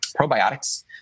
probiotics